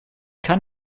kann